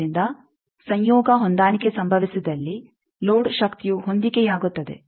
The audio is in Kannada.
ಆದ್ದರಿಂದ ಸಂಯೋಗ ಹೊಂದಾಣಿಕೆ ಸಂಭವಿಸಿದಲ್ಲಿ ಲೋಡ್ ಶಕ್ತಿಯು ಹೊಂದಿಕೆಯಾಗುತ್ತದೆ